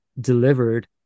delivered